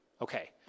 Okay